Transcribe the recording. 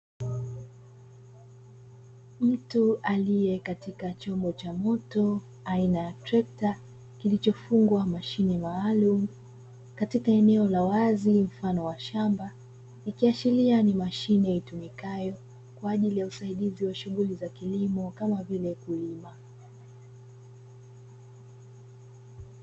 Mtu aliye katika chombo cha moto aina ya trekta kilichofungwa mashine maalumu katika eneo la wazi mfano wa shamba, ikiashiria ni mashine itumikayo kwa ajili ya uzaidizi wa shughuli za kilimo kama vile kulima.